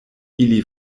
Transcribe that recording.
ili